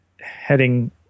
heading